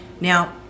Now